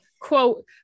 quote